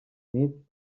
nit